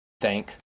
thank